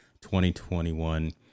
2021